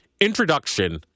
Introduction